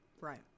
Right